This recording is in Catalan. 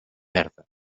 verda